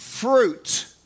fruit